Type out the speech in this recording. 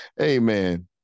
Amen